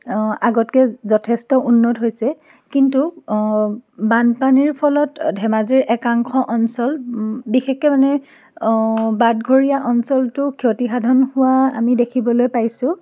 আগতকৈ যথেষ্ট উন্নত হৈছে কিন্তু বানপানীৰ ফলত ধেমাজিৰ একাংশ অঞ্চল বিশেষকৈ মানে বাটঘৰীয়া অঞ্চলটো ক্ষতি সাধন হোৱা আমি দেখিবলৈ পাইছোঁ